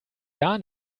gar